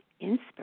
inspiration